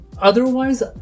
Otherwise